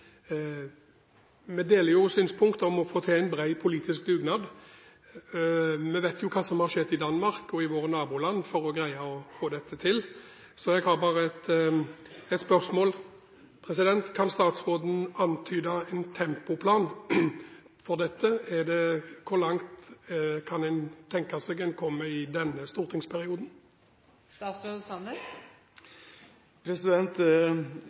Vi deler synspunktet om å få til en bred politisk dugnad. Vi vet jo hva som har skjedd i Danmark og i våre naboland for å greie å få dette til. Så jeg har bare ett spørsmål: Kan statsråden antyde en tempoplan for dette, hvor langt kan en tenke seg en kommer i denne stortingsperioden?